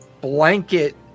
blanket